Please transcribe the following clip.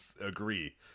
agree